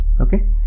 okay